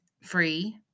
free